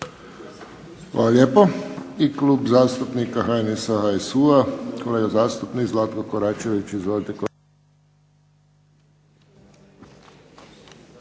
Hvala lijepo.